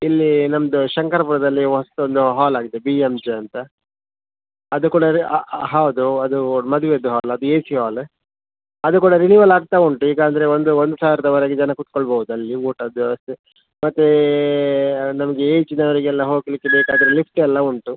ಇಲ್ಲಿ ನಮ್ಮದು ಶಂಕರಪುರದಲ್ಲಿ ಹೊಸ್ದು ಒಂದು ಹಾಲ್ ಆಗಿದೆ ಬಿ ಎಮ್ ಜೆ ಅಂತ ಅದು ಕೂಡ ಹೌದು ಅದು ಮದ್ವೇದು ಹಾಲ್ ಅದು ಎ ಸಿ ಹಾಲು ಅದು ಕೂಡ ರಿನೀವಲ್ ಆಗ್ತಾ ಉಂಟು ಈಗ ಅಂದರೆ ಒಂದು ಒಂದು ಸಾವಿರದವರೆಗೆ ಜನ ಕುತ್ಕೊಳ್ಬೋದು ಅಲ್ಲಿ ಊಟದ ವ್ಯವಸ್ಥೆ ಮತ್ತು ನಮಗೆ ಏಜ್ನವರಿಗೆಲ್ಲ ಹೋಗಲಿಕ್ಕೆ ಬೇಕಾದರೆ ಲಿಫ್ಟ್ ಎಲ್ಲ ಉಂಟು